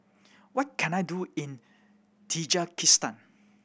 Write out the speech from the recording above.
what can I do in Tajikistan